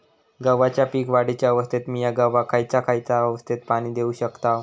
गव्हाच्या पीक वाढीच्या अवस्थेत मिया गव्हाक खैयचा खैयचा अवस्थेत पाणी देउक शकताव?